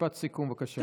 משפט סיכום, בבקשה.